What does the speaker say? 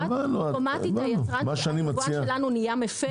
אוטומטית היבואן שלנו נהיה מפר.